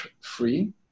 free